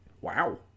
Wow